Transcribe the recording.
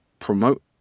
promote